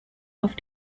auf